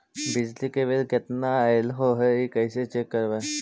बिजली के बिल केतना ऐले हे इ कैसे चेक करबइ?